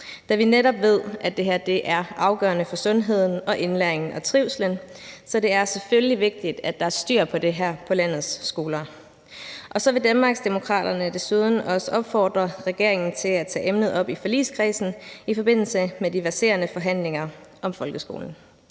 altså netop ved, at det er afgørende for sundheden og indlæringen og trivslen. Så det er selvfølgelig vigtigt, at der er styr på det her på landets skoler. Så vil Danmarksdemokraterne desuden også opfordre regeringen til at tage emnet op i forligskredsen i forbindelse med de verserende forhandlinger om folkeskolen.